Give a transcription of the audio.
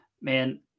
Man